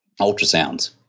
ultrasounds